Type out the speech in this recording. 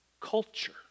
culture